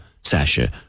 Sasha